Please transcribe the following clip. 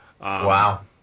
Wow